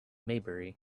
maybury